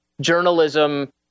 journalism